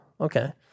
okay